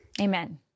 Amen